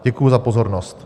Děkuji za pozornost.